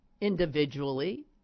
individually